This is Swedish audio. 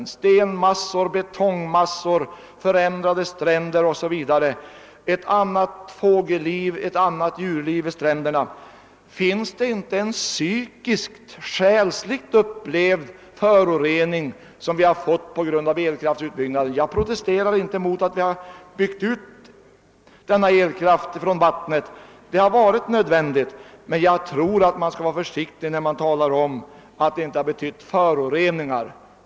Där är stenmassor, betongmassor, förändrade stränder, ett annat fågelliv och ett annat djurliv vid stränderna. Finns det inte en själsligt upplevd förorening som vi har fått på grund av elkraftsutbyggnaden? Jag protesterar inte mot utbyggnaden av vattenfallen — den har varit nödvändig — men jag tror att man skall vara försiktig när man påstår att den inte har inneburit några föroreningar.